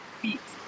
feet